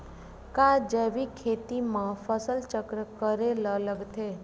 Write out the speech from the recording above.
का जैविक खेती म फसल चक्र करे ल लगथे?